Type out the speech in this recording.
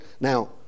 Now